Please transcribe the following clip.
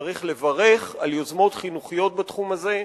צריך לברך על יוזמות חינוכיות בתחום הזה,